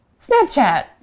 Snapchat